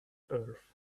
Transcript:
earth